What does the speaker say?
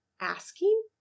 asking